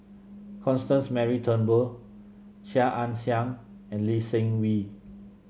Constance Mary Turnbull Chia Ann Siang and Lee Seng Wee